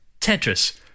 Tetris